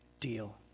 deal